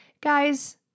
Guys